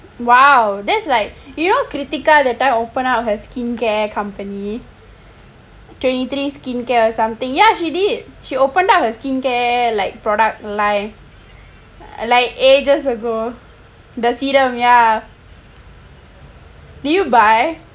!wow! that's like you know kritika that time open up her skincare company twenty three skincare or something ya she did she opened up a skincare like product like line ages ago the serum ya did you buy